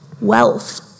wealth